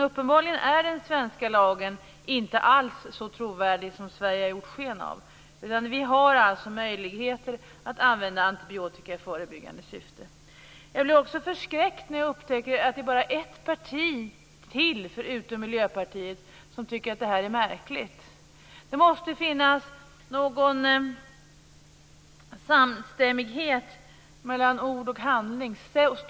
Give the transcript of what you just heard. Uppenbarligen är den svenska lagen inte alls så trovärdig som Sverige har gjort sken av. Vi har alltså möjligheter att använda antibiotika i förebyggande syfte. Jag blev också förskräckt när jag upptäcker att det bara är ett parti till förutom Miljöpartiet som tycker att det är märkligt. Det måste finnas någon samstämmighet mellan ord och handling.